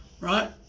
right